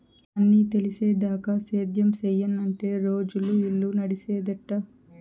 అన్నీ తెలిసేదాకా సేద్యం సెయ్యనంటే రోజులు, ఇల్లు నడిసేదెట్టా